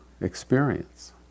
experience